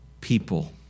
people